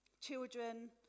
children